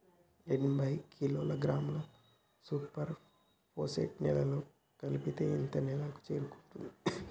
యాభై కిలోగ్రాముల superphosphate నేలలో కలిపితే ఎంత నేలకు చేరుతది?